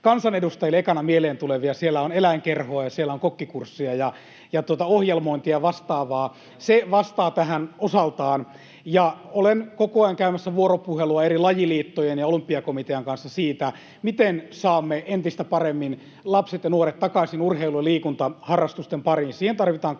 kansanedustajille ekana mieleen tulevia. Siellä on eläinkerhoa, siellä on kokkikurssia ja ohjelmointia ja vastaavaa. Se vastaa tähän osaltaan. Olen koko ajan käymässä vuoropuhelua eri lajiliittojen ja Olympiakomitean kanssa siitä, miten saamme entistä paremmin lapset ja nuoret takaisin urheilu- ja liikuntaharrastusten pariin. Siihen tarvitaan kuntia,